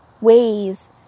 ways